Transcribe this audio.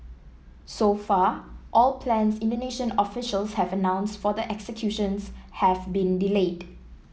so far all plans Indonesian officials have announced for the executions have been delayed